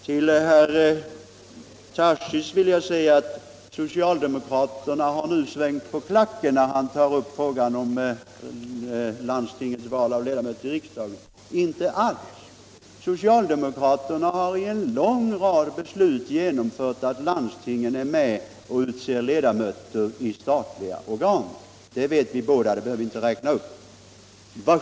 Herr Tarschys säger att socialdemokraterna svängt på klacken sedan vi diskuterade frågan om landstingens val av ledamöter till riksdagen. Inte alls! Socialdemokraterna har i en lång rad beslut genomfört att landstingen är med och utser ledamöter i statliga organ. Dem behöver jag inte räkna upp — det känner herr Tarschys till.